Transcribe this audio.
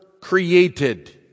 created